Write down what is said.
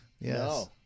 Yes